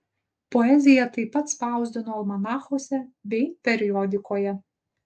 poeziją taip pat spausdino almanachuose bei periodikoje